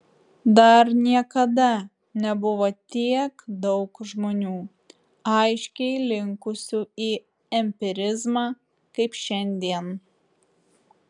dar niekada nebuvo tiek daug žmonių aiškiai linkusių į empirizmą kaip šiandien